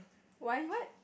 wine what